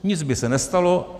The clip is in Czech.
Nic by se nestalo.